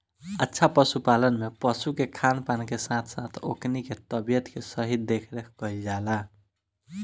अच्छा पशुपालन में पशु के खान पान के साथ साथ ओकनी के तबियत के सही देखरेख कईल जाला